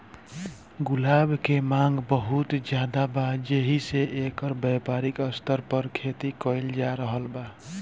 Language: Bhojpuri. गुलाब के मांग बहुत ज्यादा बा जेइसे एकर व्यापारिक स्तर पर खेती कईल जा रहल बा